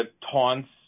taunts